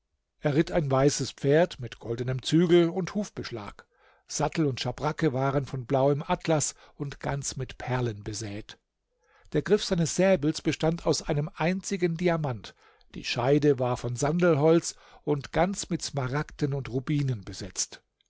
er ritt ein weißes pferd mit goldenem zügel und hufbeschlag sattel und schabracke waren von blauem atlas und ganz mit perlen besät der griff seines säbels bestand aus einem einzigen diamant die scheide war von sandelholz und ganz mit smaragden und rubinen besetzt